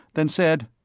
then said,